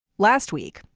last week.